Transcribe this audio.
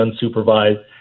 unsupervised